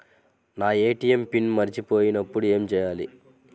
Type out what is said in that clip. నా ATM PIN మరచిపోయినప్పుడు ఏమి చేయాలి?